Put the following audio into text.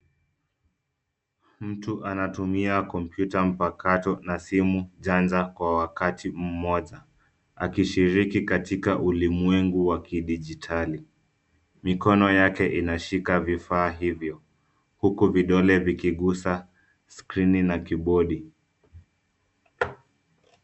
Mtu anatumia komputa mpakato na simu janja kwa wakati mmoja, akishiriki katika ulimwengu wa kidijitali. Mikono yake inashika vifaa hivyo huku vidole vikigusa skrini na kibodi.